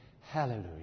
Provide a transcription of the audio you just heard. Hallelujah